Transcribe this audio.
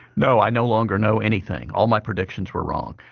no. i no longer know anything. all my predictions were wrong.